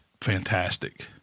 fantastic